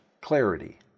clarity